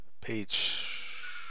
page